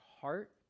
heart